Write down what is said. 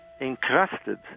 encrusted